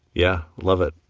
yeah. love it.